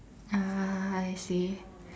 ah I see